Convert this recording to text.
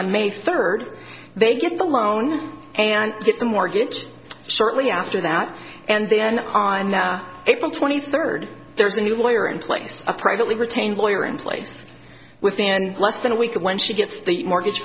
on may third they get the loan and get the mortgage shortly after that and then on april twenty third there's a new lawyer in place a privately retained lawyer in place within less than a week when she gets the mortgage